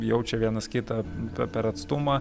jaučia vienas kitą pe per atstumą